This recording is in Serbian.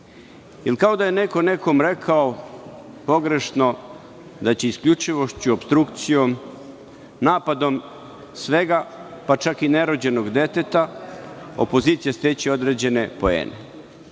Kao da je neko nekom rekao pogrešno da će opstrukcijom, napadom svega, pa čak i ne rođenog deteta, opozicija steći određene poene. Možda